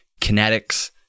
kinetics